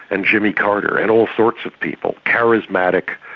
and jimmy carter, and all sorts of people, charismatic,